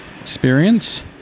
experience